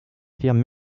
firme